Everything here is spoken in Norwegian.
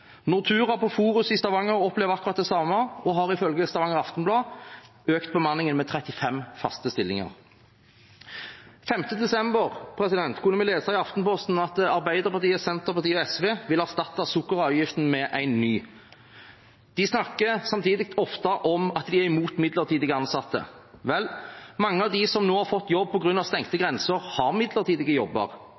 på Forus i Stavanger opplever akkurat det samme og har ifølge Stavanger Aftenblad økt bemanningen med 35 faste stillinger. Den 5. desember kunne vi lese i Aftenposten at Arbeiderpartiet, Senterpartiet og SV vil erstatte sukkeravgiften med en ny. De snakker samtidig ofte om at de er imot midlertidig ansettelse. Vel, mange av dem som nå har fått jobb på grunn av stengte grenser, har midlertidige jobber.